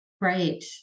Right